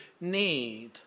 need